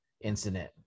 incident